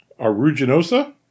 Aruginosa